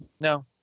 no